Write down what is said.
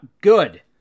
good